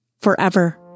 forever